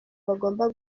bagomba